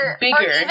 bigger